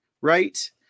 Right